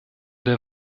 der